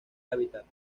hábitat